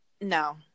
No